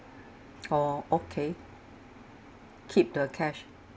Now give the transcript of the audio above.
oh okay keep the cash